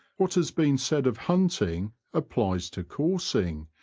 what has been said of hunting applies to coursing,